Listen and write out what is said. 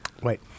Wait